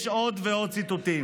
יש עוד ועוד ציטוטים.